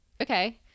Okay